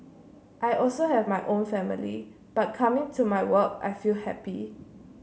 I also have my own family but coming to my work I feel happy